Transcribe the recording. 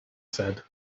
said